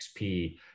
XP